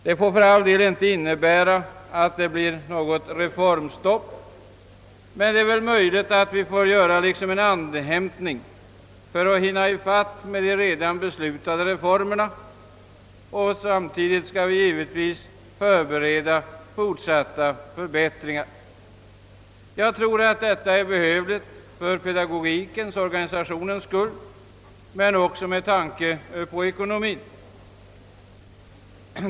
Detta får för all del inte innebära att det blir något reformstopp, men det är möjligt att vi måste göra en andhämtningspaus för att hinna ifatt med de redan beslutade reformerna. Samtidigt bör givetvis fortsatta förbättringar förberedas. Jag tror att detta är behövligt för pedagogikens och organisationens skull men också med tanke på ekonomien.